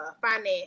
finance